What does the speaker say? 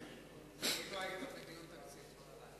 כאילו היית בדיון תקציב כל הלילה.